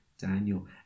Daniel